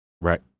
Right